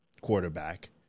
quarterback